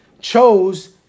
chose